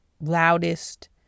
loudest